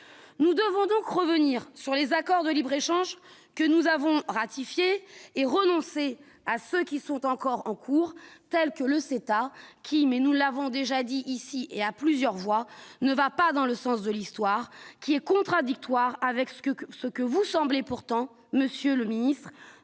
nous devons donc revenir sur les accords de libre-échange que nous avons ratifié et renoncer à ceux qui sont encore en cours, tels que le Ceta qui, mais nous l'avons déjà dit ici et à plusieurs voix ne va pas dans le sens de l'histoire qui est contradictoire avec ce que ce que vous semblez pourtant, Monsieur le Ministre